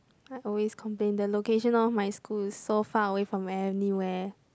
I always complain the location of my school is so far away from anywhere